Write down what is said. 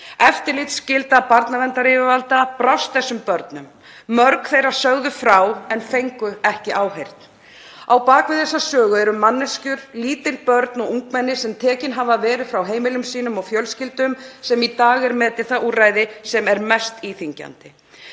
Eftirlitsskylda barnaverndaryfirvalda brást þessum börnum. Mörg þeirra sögðu frá en fengu ekki áheyrn. Á bak við þessa sögu eru manneskjur, lítil börn og ungmenni sem tekin hafa verið frá heimilum sínum og fjölskyldum, sem í dag er metið það úrræði sem er mest íþyngjandi.